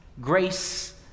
grace